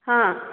ହଁ